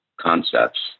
concepts